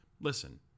listen